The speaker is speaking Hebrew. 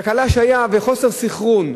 תקלה שהיתה בחוסר סנכרון